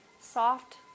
soft